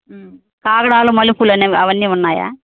కాగడాలు మల్లెపూలు అన్నవి అవన్నీ ఉన్నాయా